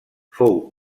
fou